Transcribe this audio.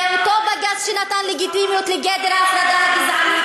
זה אותו בג"ץ שנתן לגיטימיות לגדר ההפרדה הגזענית,